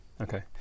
Okay